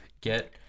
get